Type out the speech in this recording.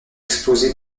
exposée